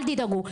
אל תדאגו,